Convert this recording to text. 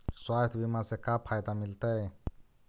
स्वास्थ्य बीमा से का फायदा मिलतै?